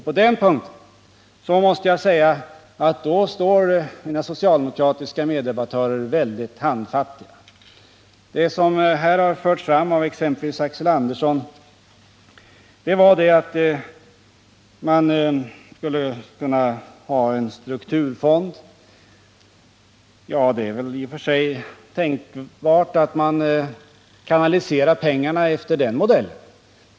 På den punkten måste jag säga att mina socialdemokratiska meddebattörer står väldigt handfallna. Vad som här har förts fram av exempelvis Axel Andersson är att man skulle kunna ha en strukturfond. Ja, det är väl i och för sig tänkbart att man skulle kunna kanalisera pengar efter den modellen.